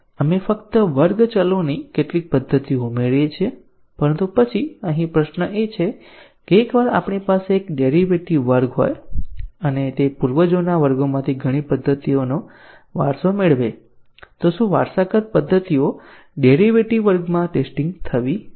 આપણે ફક્ત વર્ગ ચલોની કેટલીક પદ્ધતિઓ ઉમેરીએ છીએ પરંતુ પછી અહીં પ્રશ્ન એ છે કે એકવાર આપણી પાસે એક ડેરીવેટીવ વર્ગ હોય અને તે પૂર્વજોના વર્ગોમાંથી ઘણી પદ્ધતિઓનો વારસો મેળવે તો શું વારસાગત પદ્ધતિઓ ડેરીવેટીવ વર્ગમાં ટેસ્ટીંગ થવી જોઈએ